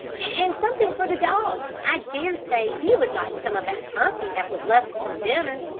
and something for the dog. i dare say he would like some of that turkey that was left from dinner.